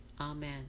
Amen